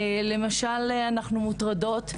אנחנו מוטרדות,